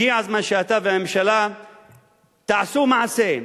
הגיע הזמן שאתה והממשלה תעשו מעשה,